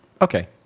okay